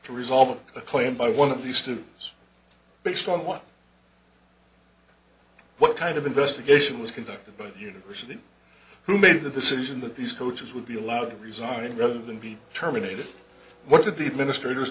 to resolve a claim by one of these two was based on what what kind of investigation was conducted by the university who made the decision that these coaches would be allowed to resign rather than be terminated what did the administrators